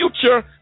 future